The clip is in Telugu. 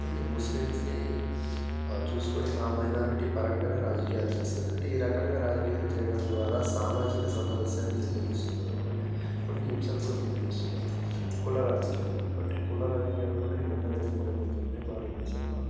అది ముస్లిమ్స్ ని చూసుకొని ఆ మైనారిటీ పరంగా రాజకీయాలు చేస్తారు అంటే ఈ రకంగా రాజకీయం చేయడం ద్వారా సామాజిక సామరస్యాన్ని దెబ్బతీస్తున్నారు అంటే కొన్ని హింసకు కూడా గురి చేస్తున్నారు కుల రాజకీయాలు అంటే కుల రాజకీయాలు కూడా ఈ మధ్యన ఎక్కువైపోతునాయి భారతదేశంలో